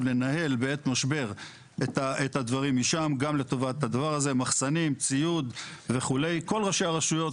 בגלל מגבלות התקציב הדבר הזה בדרך כלל נדחק לסעיף האחרון במסגרת התקציב,